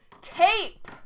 TAPE